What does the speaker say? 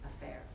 affairs